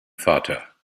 vater